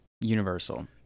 Universal